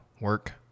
work